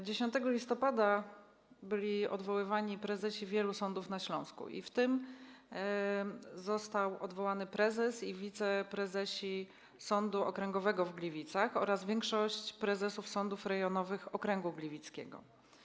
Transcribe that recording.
10 listopada byli odwoływani prezesi wielu sądów na Śląsku, w tym zostali odwołani prezes i wiceprezesi Sądu Okręgowego w Gliwicach oraz większość prezesów sądów rejonowych okręgu gliwickiego.